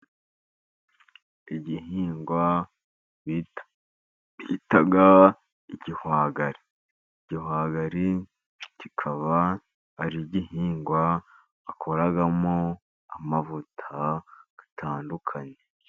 Igihingwa bita igihwagari. Igihwagari kikaba ari igihingwa bakoramo amavuta atandukanye.